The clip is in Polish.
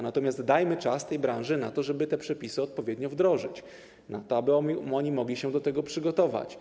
Natomiast dajmy czas tej branży na to, żeby te przepisy odpowiednio wdrożyć, aby ci przedsiębiorcy mogli się do tego przygotować.